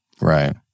Right